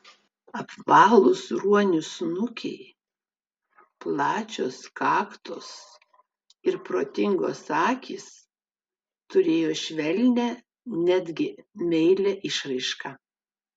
apvalūs ruonių snukiai plačios kaktos ir protingos akys turėjo švelnią netgi meilią išraišką